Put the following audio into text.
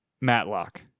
Matlock